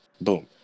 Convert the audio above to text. Boom